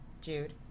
Jude